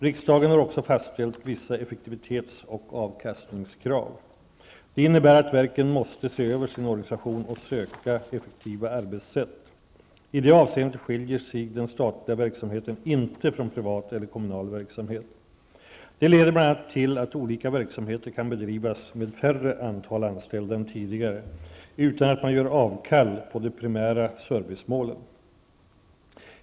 Riksdagen har också fastställt vissa effektivitetsoch avkastningskrav. Det innebär att verken måste se över sin organisation och söka effektiva arbetssätt. I det avseendet skiljer sig den statliga verksamheten inte från privat eller kommunal verksamhet. Det leder bl.a. till att olika verksamheter kan bedrivas med färre antal anställda än tidigare utan att man gör avkall på de primära servicemålen.